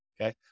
Okay